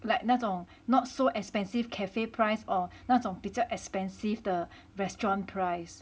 like 那种 not so expensive cafe price or 那种比较 expensive 的 restaurant price